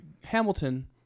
Hamilton